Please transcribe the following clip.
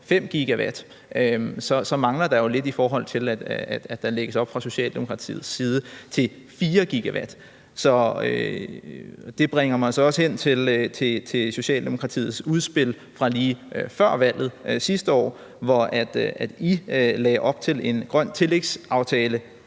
5 GW, så mangler der jo lidt, i forhold til at der fra Socialdemokratiets side lægges op til 4 GW. Og det bringer mig frem til Socialdemokratiets udspil fra lige før valget sidste år, hvor I lagde op til en grøn tillægsaftale